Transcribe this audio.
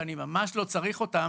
שאני ממש לא צריך אותם,